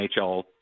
NHL